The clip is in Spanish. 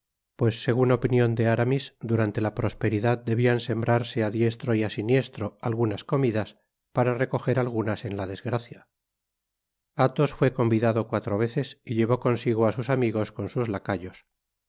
pues segun opinion de aramis durante la prosperidad debian sembrarse á diestro y á siniestro algunas comidas para recojer algunas en la desgracia athos fué convidado cuatro veces y llevó consigo á sus amigos con sus lacayos